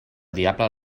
diable